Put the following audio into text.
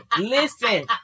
Listen